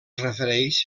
refereix